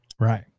Right